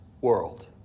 world